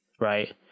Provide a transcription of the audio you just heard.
right